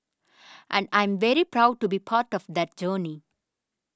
and I'm very proud to be part of that journey